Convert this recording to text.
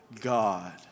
God